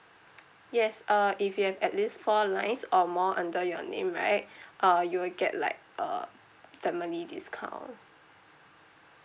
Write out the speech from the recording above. yes uh if you have at least four lines or more under your name right uh you will get like a family discount